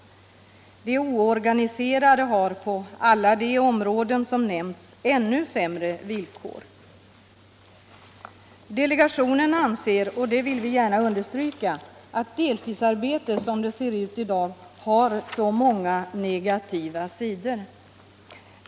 De oorganiserade har på alla de områden som nämnts ännu sämre villkor. Delegationen anser — och det vill vi gärna understryka — att deltidsarbete som det ser ut i dag har många negativa sidor.